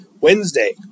Wednesday